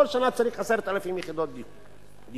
כל שנה צריך 10,000 יחידות דיור,